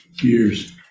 Years